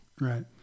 Right